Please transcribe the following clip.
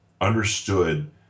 understood